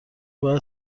باید